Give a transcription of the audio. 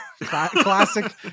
classic